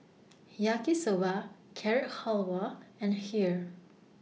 Yaki Soba Carrot Halwa and Kheer